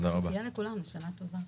שתהיה לכולנו שנה טובה.